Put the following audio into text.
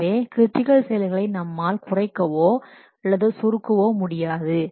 எனவே கிரிட்டிக்கல் செயல்களை நம்மால் குறைக்கவோ அல்லது சுருக்கவோ முடியாது